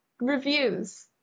reviews